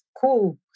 cool